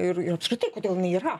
ir ir apskritai kodėl jin yra